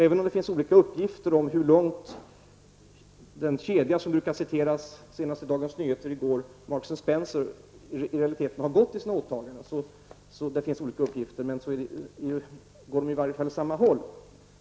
Även om det finns olika uppgifter om hur långt kedjan Marks & Spencer, som omnämndes senast i Dagens Nyheter i går, i realiteten har gått i sina åtaganden, går de i alla fall åt samma håll.